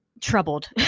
troubled